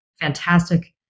fantastic